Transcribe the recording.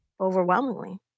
Overwhelmingly